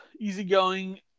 easygoing